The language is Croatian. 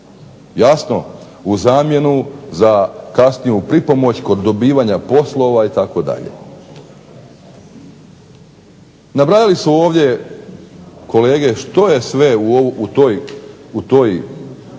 jasno u zamjenu za kasniju pripomoć kod dobivanja poslova itd. Nabrajali su ovdje kolege što je sve u toj jednom